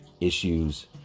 issues